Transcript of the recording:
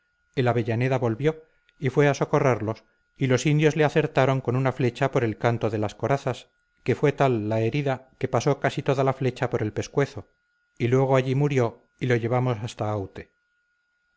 el avellaneda volvió y fue a socorrerlos y los indios le acertaron con una flecha por el canto de las corazas y fue tal la herida que pasó casi toda la flecha por el pescuezo y luego allí murió y lo llevamos hasta aute